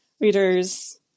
readers